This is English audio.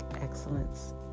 excellence